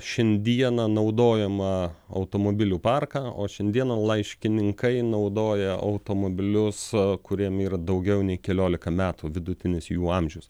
šiandieną naudojamą automobilių parką o šiandieną laiškininkai naudoja automobilius kuriem yra daugiau nei keliolika metų vidutinis jų amžius